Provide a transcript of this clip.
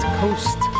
coast